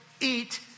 eat